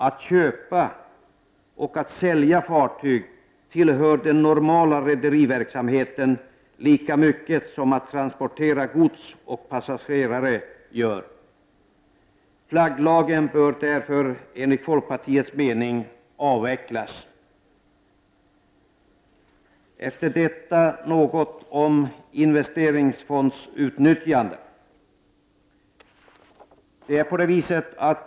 Att köpa och sälja fartyg tillhör den normala re deriverksamheten, lika mycket som att transportera gods och passagerare. Flagglagen bör därför enligt folkpartiets mening avvecklas. Efter detta vill jag säga något om investeringsfondsutnyttjande.